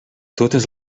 totes